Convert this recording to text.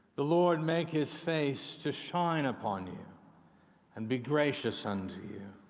the lord make his face to shine upon you and be gracious unto you.